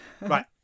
Right